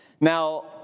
Now